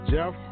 Jeff